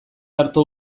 arto